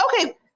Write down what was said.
okay